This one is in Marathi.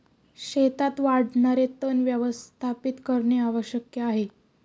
शेतात वाढणारे तण व्यवस्थापित करणे आवश्यक आहे